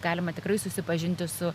galima tikrai susipažinti su